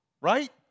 right